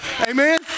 Amen